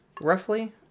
Roughly